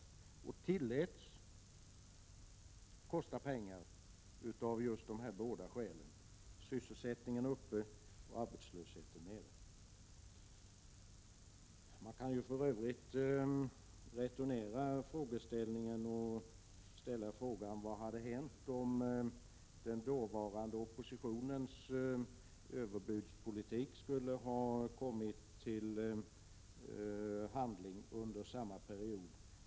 Och det tilläts kosta pengar, just för att man ville hålla sysselsättningen uppe och arbetslösheten nere. Jag kan för övrigt returnera frågan: Vad hade hänt om den dåvarande oppositionens överbudspolitik skulle ha omsatts i handling under samma period?